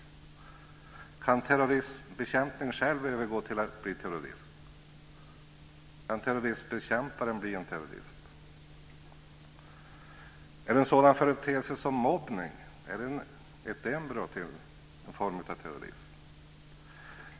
Kan terrorismbekämpning övergå till att själv bli terrorism? Kan terroristbekämparen bli en terrorist? Är en sådan företeelse som mobbning ett embryo till en form av terrorism?